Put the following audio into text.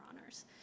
Honors